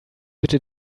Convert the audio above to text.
bitte